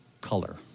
color